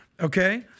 Okay